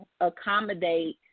accommodate